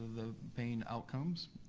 the pain outcomes,